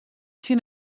tsjin